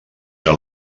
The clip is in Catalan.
era